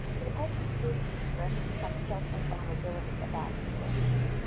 the patients did express some shock and vulnerability about infection,